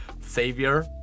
savior